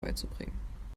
beizubringen